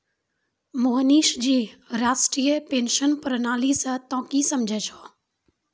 मोहनीश जी राष्ट्रीय पेंशन प्रणाली से तोंय की समझै छौं